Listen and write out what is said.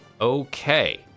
Okay